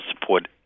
support